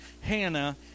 Hannah